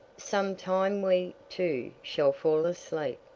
some time we, too, shall fall asleep,